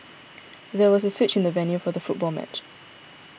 there was a switch in the venue for the football match